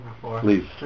Please